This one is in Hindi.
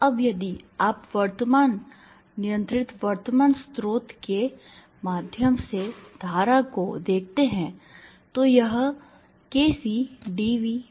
अब यदि आप करंट नियंत्रित करंट स्रोत के माध्यम से धारा को देखते हैं तो यह kCdVdt है